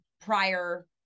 prior